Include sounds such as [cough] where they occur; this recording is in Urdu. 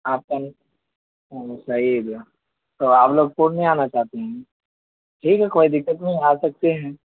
آپ کون [unintelligible] سعید تو آپ لوگ پورنیہ آنا چاہتے ہیں ٹھیک ہے کوئی دقت نہیں ہے آ سکتے ہیں